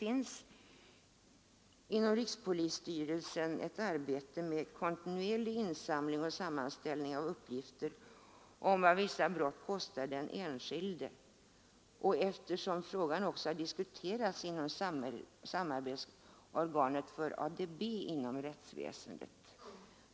Inom rikspolisstyrelsen pågår ett arbete med kontinuerlig insamling och sammanställning av uppgifter om vad vissa brott kostar den enskilde, och frågan har också diskuterats inom samarbetsorganet för ADB inom rättsväsendet.